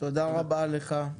תודה רבה לך.